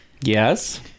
Yes